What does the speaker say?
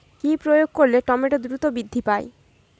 কি প্রয়োগ করলে টমেটো দ্রুত বৃদ্ধি পায়?